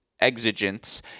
exigence